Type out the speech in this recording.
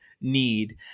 need